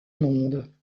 monde